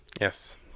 yes